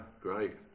great